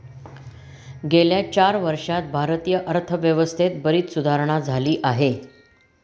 गेल्या चार वर्षांत भारतीय अर्थव्यवस्थेत बरीच सुधारणा झाली आहे